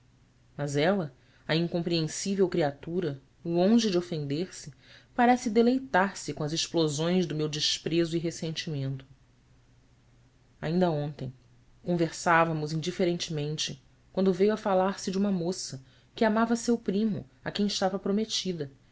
mas ela a incompreensível criatura longe de ofender se parece deleitar se com as explosões do meu desprezo e ressentimento ainda ontem conversávamos indiferentemente quando veio a falar-se de uma moça que amava seu primo a quem estava prometida